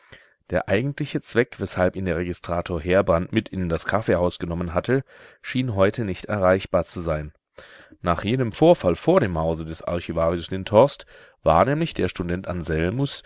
der eigentliche zweck weshalb ihn der registrator heerbrand mit in das kaffeehaus genommen hatte schien heute nicht erreichbar zu sein nach jenem vorfall vor dem hause des archivarius lindhorst war nämlich der student anselmus